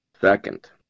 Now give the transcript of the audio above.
second